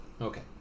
Okay